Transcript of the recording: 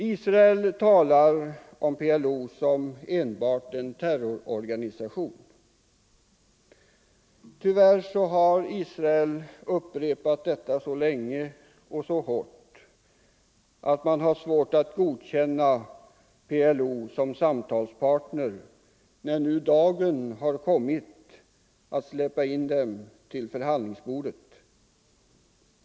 Israel talar om PLO som enbart en terrororganisation. Tyvärr har Israel upprepat detta så länge och så hårt att man har svårt att godkänna PLO som samtalspartner när nu dagen kommit att släppa in dem till förhandlingsbordet.